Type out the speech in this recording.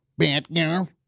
Batgirl